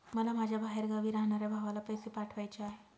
मला माझ्या बाहेरगावी राहणाऱ्या भावाला पैसे पाठवायचे आहे